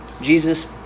Jesus